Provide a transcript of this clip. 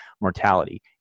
mortality